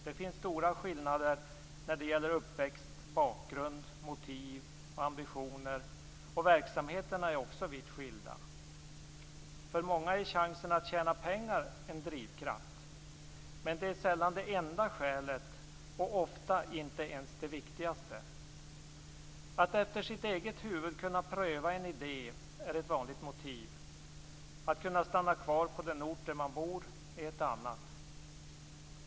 Det finns stora skillnader när det gäller uppväxt, bakgrund, motiv och ambitioner, och verksamheterna är också vitt skilda. För många är chansen att tjäna pengar en drivkraft, men det är sällan det enda skälet och ofta inte ens det viktigaste. Att efter eget huvud kunna pröva en idé är ett vanligt motiv, att kunna stanna kvar på den ort där man bor är ett annat.